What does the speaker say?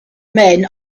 men